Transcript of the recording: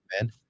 man